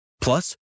Plus